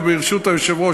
וברשות היושב-ראש,